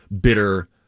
bitter